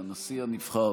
הנשיא הנבחר.